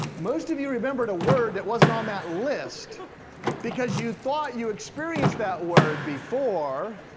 most of you remembered a word that wasn't on that list because you thought you experienced that word before